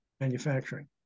manufacturing